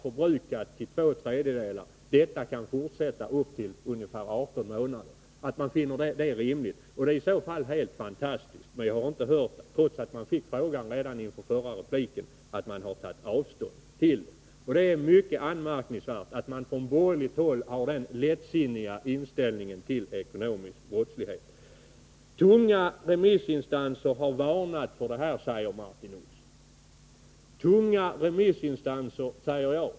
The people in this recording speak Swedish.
förbrukat till två tredjedelar. Det är i så fall helt fantastiskt. Trots att Nic Grönvall fick frågan redan före sin förra replik, har jag inte hört att han tagit avstånd från detta resonemang. Det är mycket anmärkningsvärt att man från borgerligt håll har denna lättsinniga inställning till ekonomisk brottslighet. Tunga remissinstanser har varnat för detta, sade Martin Olsson.